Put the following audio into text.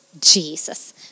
Jesus